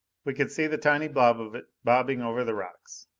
we could see the tiny blob of it bobbing over the rocks.